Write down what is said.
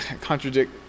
contradict